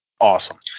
Awesome